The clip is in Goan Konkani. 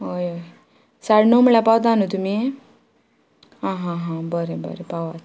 हय हय साडे णव म्हळ्यार पावता न्हू तुमी आं हां हां बरें बरें पावात